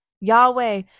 Yahweh